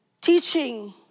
teaching